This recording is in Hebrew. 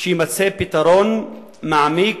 שיימצא פתרון מעמיק,